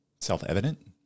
self-evident